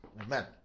amen